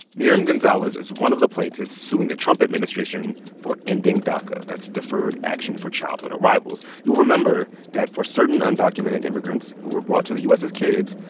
miriam gonzalez is one of the plaintiffs suing the trump administration for ending daca that's deferred action for childhood arrivals. you'll remember that for certain undocumented immigrants who were brought to the u s. as kids,